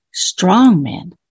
strongmen